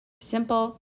Simple